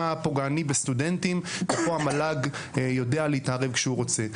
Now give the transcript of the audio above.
פוגעני בסטודנטים והמל"ג יודע להתערב כאשר הוא רוצה.